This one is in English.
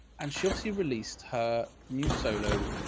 and she'll, she released her new solo,